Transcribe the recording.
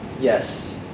yes